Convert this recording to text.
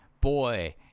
boy